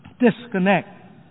disconnect